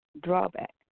drawback